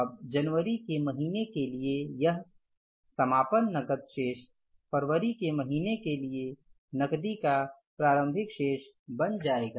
अब जनवरी के महीने के लिए यह समापन नकद शेष फरवरी के महीने के लिए नकदी का प्रारंभिक शेष बन जाएगा